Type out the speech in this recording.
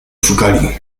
szukali